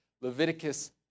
Leviticus